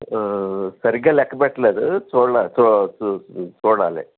సరిగ్గా లెక్క పెట్టలేదు చూడలేదు చూడాలి